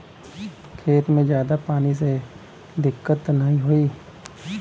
खेत में ज्यादा पानी से दिक्कत त नाही होई?